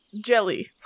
jelly